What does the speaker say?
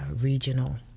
regional